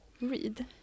read